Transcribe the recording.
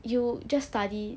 you just study